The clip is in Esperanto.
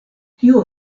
tio